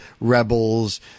rebels